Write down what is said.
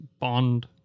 bond